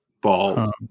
balls